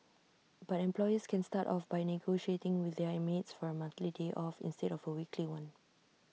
but employers can start off by negotiating with their maids for A monthly day off instead of A weekly one